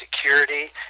security